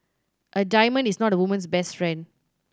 a diamond is not a woman's best friend